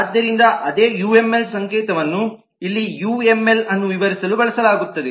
ಆದ್ದರಿಂದ ಅದೇ ಯುಎಂಎಲ್ಸಂಕೇತವನ್ನು ಇಲ್ಲಿ ಯುಎಂಎಲ್ ಅನ್ನು ವಿವರಿಸಲು ಬಳಸಲಾಗುತ್ತದೆ